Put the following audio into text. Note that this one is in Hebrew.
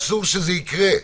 אסור שזה יקרה,